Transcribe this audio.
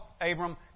Abram